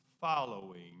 following